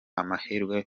amahirwe